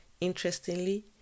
Interestingly